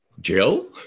Jill